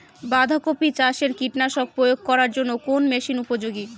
বাঁধা কপি চাষে কীটনাশক প্রয়োগ করার জন্য কোন মেশিন উপযোগী?